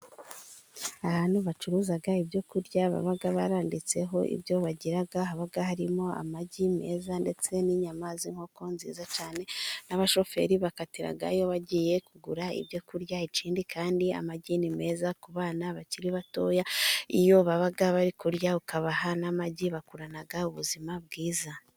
Ahantu bacuruza ibyo kurya, baba baranditseho ibyo bagira haba harimo amagi meza ndetse n'inyama z'inkoko nziza cyane, n'abashoferi bakatirayo bagiye kugura ibyo kurya, ikindi kandi amagi ni meza ku bana bakiri batoya, iyo bari kurya ukabaha n'amagi bakurana ubuzima bwiza.